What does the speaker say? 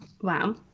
Wow